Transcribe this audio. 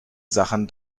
sachen